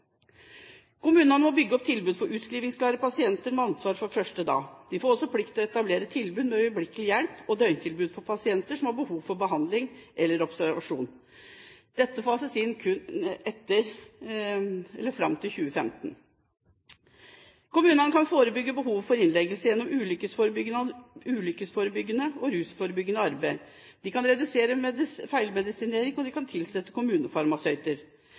Kommunene må bygge opp tilbud for utskrivningsklare pasienter, med ansvar fra første dag. De får også plikt til å etablere tilbud med øyeblikkelig hjelp og døgntilbud for pasienter som har behov for behandling eller observasjon. Dette fases inn fram til 2015. Kommunene kan forebygge behovet for innleggelser gjennom ulykkesforebyggende og rusforebyggende arbeid. De kan redusere feilmedisinering, og de kan tilsette kommunefarmasøyter.